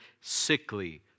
sickly